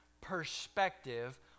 perspective